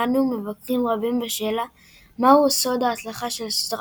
דנו מבקרים רבים בשאלה מהו סוד ההצלחה של הסדרה.